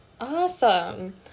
awesome